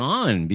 on